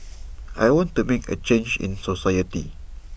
I want to make A change in society